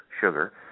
sugar